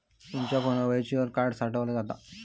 तुमचा फोनवर virtual card साठवला जाता